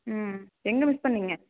ம் எங்கே மிஸ் பண்ணீங்க